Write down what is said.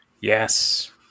Yes